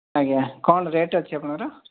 ଆଜ୍ଞା କ'ଣ ରେଟ୍ ଅଛି ଆପଣଙ୍କର